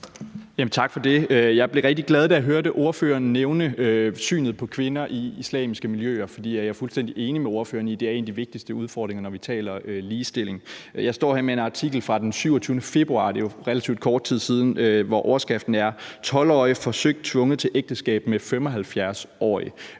Tak for det. Jeg blev rigtig glad, da jeg hørte ordføreren nævne synet på kvinder i islamiske miljøer, for jeg er fuldstændig enig med ordføreren i, at det er en af de vigtigste udfordringer, når vi taler om ligestilling. Jeg står her med en artikel fra den 27. februar, og det er jo for relativt kort tid siden, hvor overskriften er: »12-årig forsøgt tvunget til ægteskab med 75-årig«.